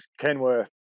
Kenworth